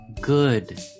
Good